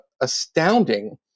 astounding